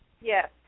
Yes